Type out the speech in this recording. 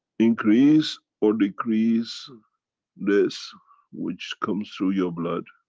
increase or decrease this which comes through your blood,